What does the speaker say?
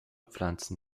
pflanzen